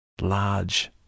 large